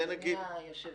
סליחה, אדוני היושב-ראש,